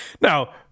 Now